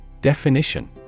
Definition